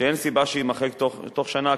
שאין סיבה שיימחק בתוך שנה,